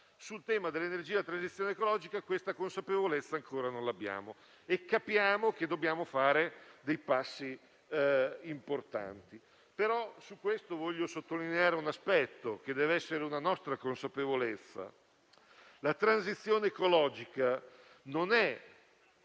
sul tema dell'energia e della transizione ecologica questa consapevolezza ancora non l'abbiamo, e capiamo che dobbiamo fare passi importanti. Su questo voglio sottolineare un aspetto che deve essere una nostra consapevolezza: la transizione ecologica non è